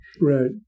Right